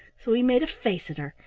so he made a face at her,